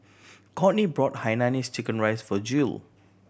Kourtney brought hainanese checken rice for Jule